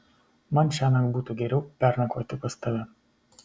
man šiąnakt būtų geriau pernakvoti pas tave